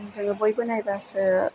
जोङो बयबो नायबासो